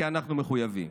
כי אנחנו מחויבים.